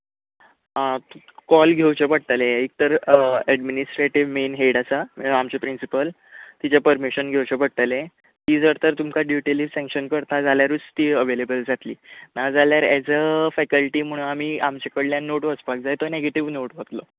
कोल घेवचें पडटलें एक तर एडमिनिस्ट्रेटिव्ह मैन हॅड आसा प्रिन्सीपल तिचें पर्मिशन घेवचें पडटलें ती जर तर तुमकां ड्युटी लिव्ह सेंकशन करता जाल्यारूच ती अवेलेबल जातली ना जाल्यार एज अ फेकलटी म्हूण आमचे कडल्यान नोट वचपाक जाय तो नेगेटीव्ह नोट वतलो